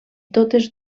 totes